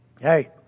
hey